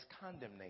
condemnation